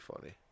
funny